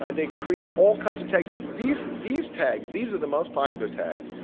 and they create all kinds of tags and these these tags these are the most popular tags.